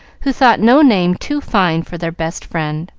who thought no name too fine for their best friend.